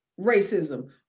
racism